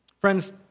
Friends